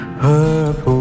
purple